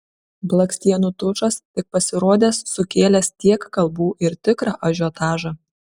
blakstienų tušas tik pasirodęs sukėlęs tiek kalbų ir tikrą ažiotažą